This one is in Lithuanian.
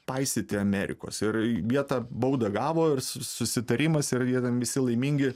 paisyti amerikos ir jie tą baudą gavo ir sus susitarimas ir ir jie ten visi laimingi